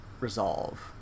resolve